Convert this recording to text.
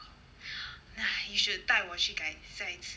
ya you should 带我去改下一次